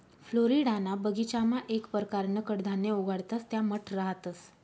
फ्लोरिडाना बगीचामा येक परकारनं कडधान्य उगाडतंस त्या मठ रहातंस